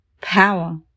Power